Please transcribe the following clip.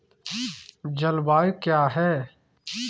जलवायु क्या है?